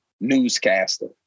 newscaster